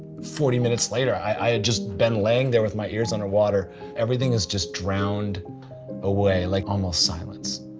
forty minutes later, i had just been laying there with my ears underwater everything is just drowned away like almost silence.